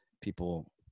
people